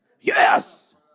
yes